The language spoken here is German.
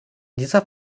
dieser